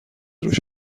روش